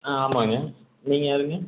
ஆமாங்க நீங்கள் யாருங்க